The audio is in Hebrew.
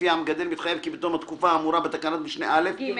לפיה המגדל מתחייב כי בתום התקופה האמורה בתקנת משנה (א)" -- (ג).